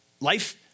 Life